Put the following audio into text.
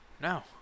No